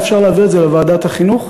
אפשר להעביר את זה לוועדת החינוך?